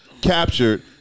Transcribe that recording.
captured